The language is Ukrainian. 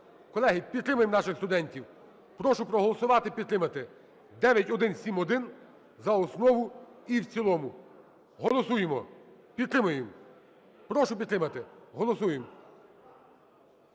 Колеги, підтримаємо наших студентів! Прошу проголосувати і підтримати 9171 за основу і в цілому. Голосуємо. Підтримаємо. Прошу підтримати. Голосуємо.